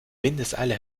windeseile